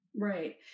Right